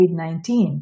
COVID-19